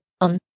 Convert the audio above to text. on